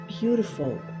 beautiful